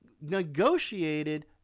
negotiated